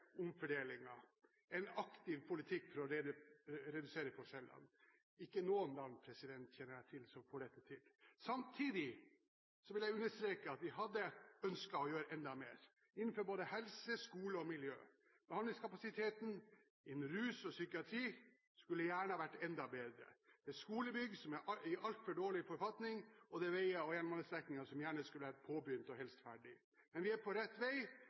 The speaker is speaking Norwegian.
har en aktiv politikk for å redusere forskjellene. Ikke noen land kjenner jeg til som får til dette. Samtidig vil jeg understreke at vi hadde ønsket å gjøre enda mer innenfor både helse, skole og miljø. Behandlingskapasiteten innen rus og psykiatri skulle gjerne ha vært enda bedre. Det er skolebygg som er i en altfor dårlig forfatning, og det er veier og jernbanestrekninger som gjerne skulle vært påbegynt, og helst ferdig. Men vi er på rett vei.